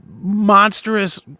monstrous